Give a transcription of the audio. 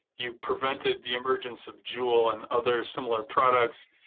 you prevented the emergence of jewel and other similar products.